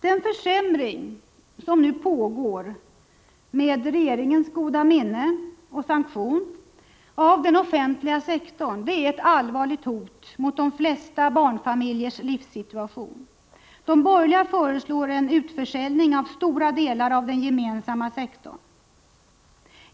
Den försämring av den offentliga sektorn som nu pågår med regeringens goda minne och sanktion är ett allvarligt hot mot de flesta barnfamiljers livssituation. De borgerliga föreslår en utförsäljning av stora delar av den gemensamma sektorn.